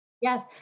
Yes